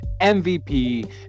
MVP